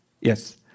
yes